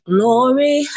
Glory